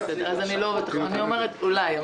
בסדר, אמרתי אולי.